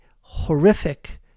horrific